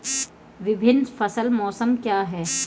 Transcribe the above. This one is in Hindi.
विभिन्न फसल मौसम क्या हैं?